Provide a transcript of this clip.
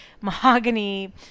Mahogany